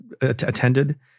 attended